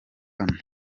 hano